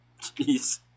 Jeez